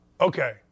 Okay